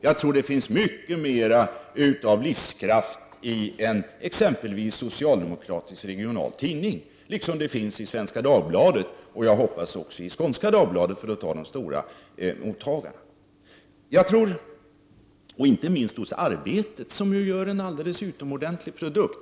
Jag tror att det finns mycket mera av livskraft i exempelvis en socialdemokratisk regional tidning, liksom i Svenska Dagbladet och förhoppningsvis också i Skånska Dagbladet, för att nämna de stora mottagarna. Det gäller inte minst Arbetet, som gör en utomordentlig produkt.